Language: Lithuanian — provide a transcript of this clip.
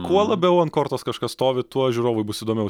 kuo labiau ant kortos kažkas stovi tuo žiūrovui bus įdomiau